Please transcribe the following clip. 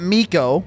Miko